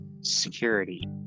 security